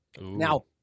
Now